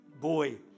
boy